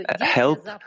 help